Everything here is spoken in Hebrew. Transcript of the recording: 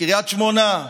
קריית שמונה,